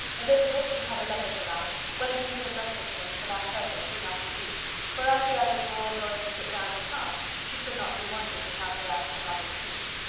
elizabeth, who had a letter to write, went into the breakfast room for that purpose soon after tea for as the others were all going to sit down to cards, she could not be wanted to counteract her mother's schemes.